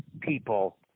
people